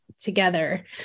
together